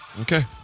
Okay